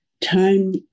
time